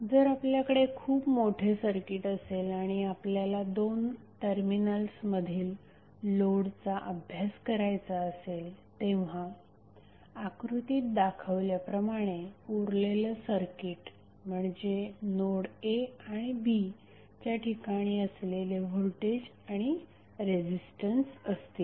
जर आपल्याकडे खूप मोठे सर्किट असेल आणि आपल्याला दोन टर्मिनल्स मधील लोडचा अभ्यास करायचा असेल तेव्हा आकृतीत दाखवल्याप्रमाणे उरलेले सर्किट म्हणजे नोड a आणि b च्या ठिकाणी असलेले व्होल्टेज आणि रेझिस्टन्स असतील